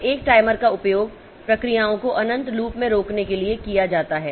तो एक टाइमर का उपयोग प्रक्रियाओं को अनंत लूप में रोकने के लिए किया जाता है